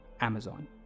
Amazon